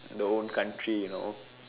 the own country you know